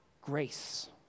grace